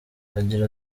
agira